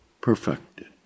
perfected